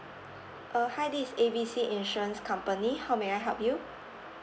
uh hi this is A B C insurance company how may I help you